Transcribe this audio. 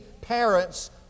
parents